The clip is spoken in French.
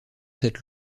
cette